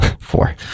Four